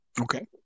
Okay